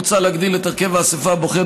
מוצע להגדיל את הרכבה של האספה הבוחרת